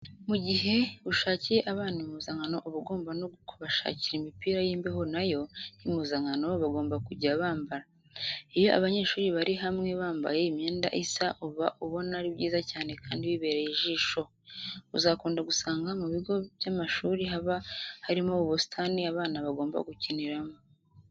Mu gihe ushakiye abana impuzankano uba ugomba no kubashakira imipira y'imbeho na yo y'impuzanakano bagomba kujya bambara. Iyo abanyeshuri bari hamwe bambaye imyenda isa uba ubona ari byiza cyane kandi bibereye ijisho. Uzakunda gusanga mu bigo by'amashuri haba harimo ubusitani abana bagomba gukiniramo.